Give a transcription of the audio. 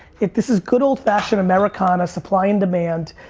this is good old fashioned americana supply and demand.